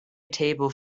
table